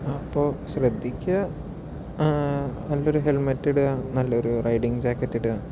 അപ്പോൾ ശ്രദ്ധിക്കുക നല്ലൊരു ഹെൽമറ്റ് ഇടുക നല്ലൊരു റൈഡിങ്ങ് ജാക്കറ്റ് ഇടുക